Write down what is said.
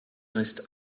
reste